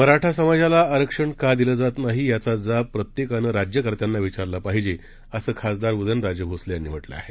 मराठा समाजाला आरक्षण का दिलं जात नाही याचा जाब प्रत्येकानं राज्यकर्त्यांना विचारला पाहिजे असं खासदार उदयनराजे भोसले यांनी म्हटलं आहे